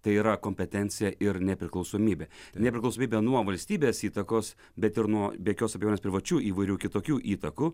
tai yra kompetencija ir nepriklausomybė nepriklausomybė nuo valstybės įtakos bet ir nuo be jokios abejonės privačių įvairių kitokių įtakų